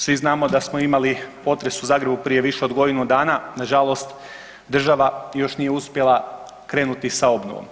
Svi znamo da smo imali potres u Zagrebu prije više od godinu dana, nažalost država još nije uspjela krenuti sa obnovom.